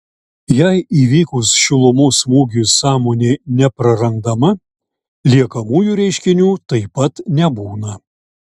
jei įvykus šilumos smūgiui sąmonė neprarandama liekamųjų reiškinių taip pat nebūna